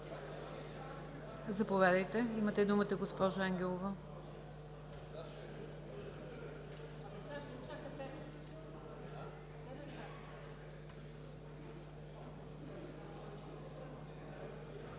Заповядайте, имате думата, госпожо Ангелова.